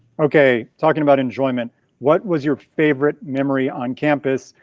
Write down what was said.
okay, talking about enjoyment what was your favorite memory on campus?